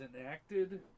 enacted